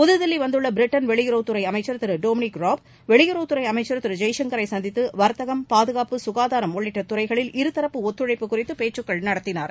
புதுதில்லி வந்துள்ள பிரிட்டன் வெளியுறவுத்துறை அமைச்சர் திரு டோம்னிக் ராப் வெளியுறவுத்துறை அமைச்சர் திரு ஜெய்சங்கரை சந்தித்து வர்த்தகம் பாதுகாப்பு சுகாதாரம் உள்ளிட்ட துறைகளில் இருதரப்பு ஒத்துழைப்பு குறித்து பேச்சுக்கள் நடத்தினார்